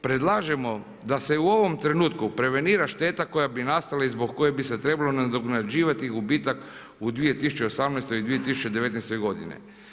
Predlažemo da se u ovom trenutku prevenira šteta koja bi nastala i zbog koje bi se trebalo nadoknađivati gubitak u 2018. i 2019. godini.